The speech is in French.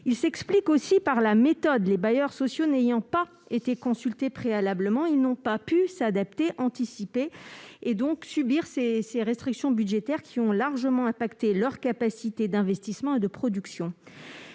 à la méthode mise en oeuvre : les bailleurs sociaux n'ayant pas été consultés préalablement, ils n'ont pas pu s'adapter et anticiper. Ils ont donc subi ces restrictions budgétaires qui ont largement affecté leurs capacités d'investissement et de production.